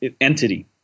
entity